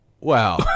Wow